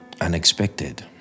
unexpected